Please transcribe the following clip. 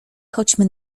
chodźmy